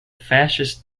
fascist